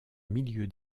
milieu